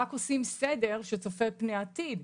רק עושים סדר שצופה פני עתיד.